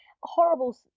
horrible